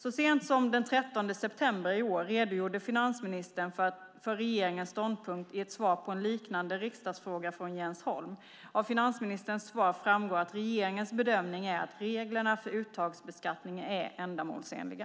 Så sent som den 13 september i år redogjorde finansministern för regeringens ståndpunkt i ett svar på en liknande riksdagsfråga från Jens Holm . Av finansministerns svar framgår att regeringens bedömning är att reglerna för uttagsbeskattning är ändamålsenliga.